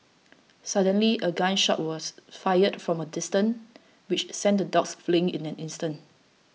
suddenly a gun shot was fired from a distance which sent the dogs fleeing in an instant